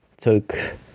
took